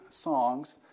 songs